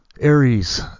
Aries